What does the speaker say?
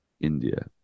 India